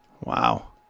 Wow